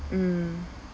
mm